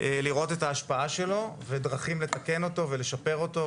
לראות את ההשפעה שלו ודרכים לתקן אותו ולשפר אותו,